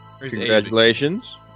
congratulations